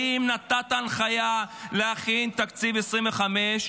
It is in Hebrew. האם נתת הנחיה להכין את תקציב 2025?